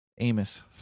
Amos